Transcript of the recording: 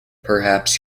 perhaps